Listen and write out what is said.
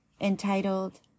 entitled